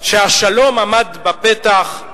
שהשלום עמד בפתח,